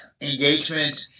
engagement